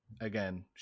again